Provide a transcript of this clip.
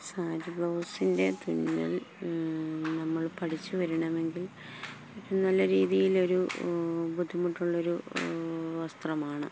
സാരി ബ്ലൗസിൻ്റെ തുന്നല് നമ്മൾ പഠിച്ചുവരണമെങ്കിൽ നല്ല രീതിയിലൊരു ബുദ്ധിമുട്ടുള്ളൊരു വസ്ത്രമാണ്